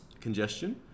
congestion